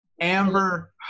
Amber